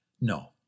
No